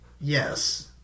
Yes